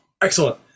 excellent